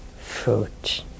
fruit